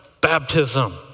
baptism